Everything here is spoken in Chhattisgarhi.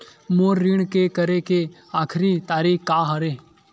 मोर ऋण के करे के आखिरी तारीक का हरे?